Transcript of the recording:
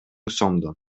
сомдон